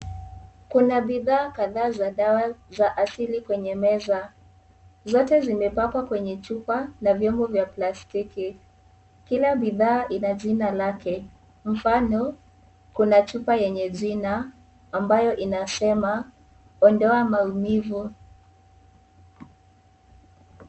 Kuna bidhaa kadhas za dawa za asili kwenye meza, zote zimepakwa kwenye chupa na vyombo za plastiki kila bidhaa ina jina lake, mfano; kuna chupa yenye jina ambayo inasema ondoa maumivu.